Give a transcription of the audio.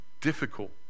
difficult